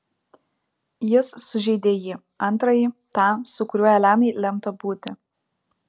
jis sužeidė jį antrąjį tą su kuriuo elenai lemta būti